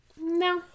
no